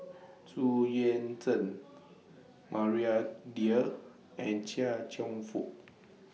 Xu Yuan Zhen Maria Dyer and Chia Cheong Fook